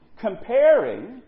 comparing